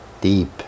deep